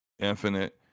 Infinite